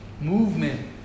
movement